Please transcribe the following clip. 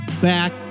back